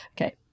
Okay